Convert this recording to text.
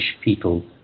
people